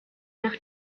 noch